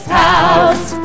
house